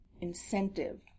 incentive